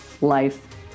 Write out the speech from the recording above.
life